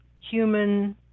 human